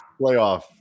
playoff